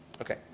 Okay